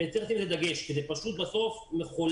צריך לשים על זה דגש כי בסוף זה מחולל